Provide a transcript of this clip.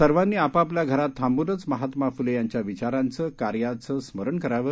सर्वांनी आपापल्या घरात थांबूनच महात्मा फुले यांच्या विचारांचं कार्याचं स्मरण करावं